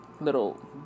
little